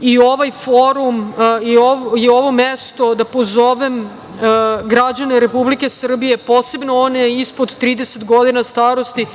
i ovaj forum i ovo mesto da pozovem građane Republike Srbije, posebno one ispod 30 godina starosti,